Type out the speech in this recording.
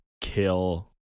kill